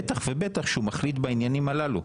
בטח ובטח שהוא מחליט בעניינים הללו.